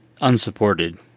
unsupported